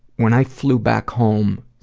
when i flew back home,